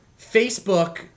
Facebook